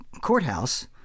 courthouse